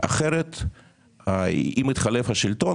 אחרת אם יתחלף השלטון,